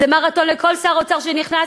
זה מרתון לכל שר אוצר שנכנס,